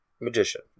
Magician